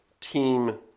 team